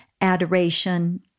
adoration